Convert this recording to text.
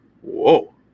Whoa